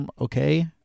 okay